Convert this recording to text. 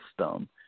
system